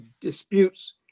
disputes